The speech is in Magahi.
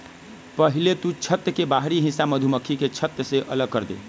पहले तु छत्त के बाहरी हिस्सा मधुमक्खी के छत्त से अलग करदे